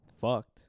fucked